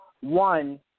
One